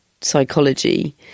psychology